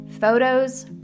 photos